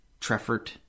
Treffert